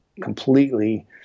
completely